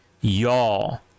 y'all